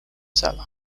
seller